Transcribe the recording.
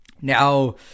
now